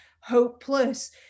hopeless